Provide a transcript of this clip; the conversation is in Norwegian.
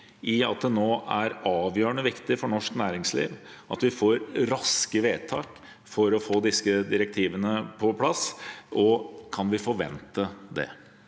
i at det nå er avgjørende viktig for norsk næringsliv at vi får raske vedtak for å få disse direktivene på plass, og kan vi forvente det?